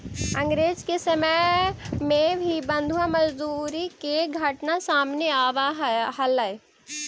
अंग्रेज के समय में भी बंधुआ मजदूरी के घटना सामने आवऽ हलइ